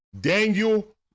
Daniel